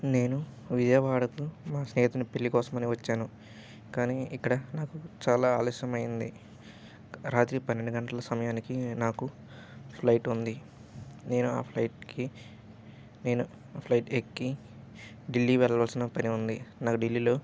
నేను విజయవాడకు మా స్నేహితుని పెళ్ళి కోసమని వచ్చాను కానీ ఇక్కడ నాకు చాలా ఆలస్యం అయ్యింది రాత్రి పన్నెండు గంటల సమయానికి నాకు ఫ్లయిట్ ఉంది నేను ఆ ఫ్లయిట్కి నేను ఆ ఫ్లయిట్ ఎక్కి ఢిల్లీ వెళ్ళవలసిన పని ఉంది నాకు ఢిల్లీలో